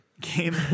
game